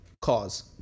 cause